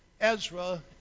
Ezra